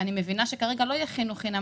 אני מבינה שכרגע לא יהיה חינוך חינם